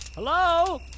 Hello